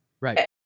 right